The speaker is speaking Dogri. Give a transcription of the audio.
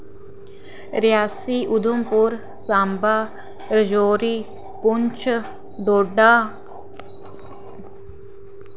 रियासी उधमपुर सांबा रजौरी पुंछ डोडा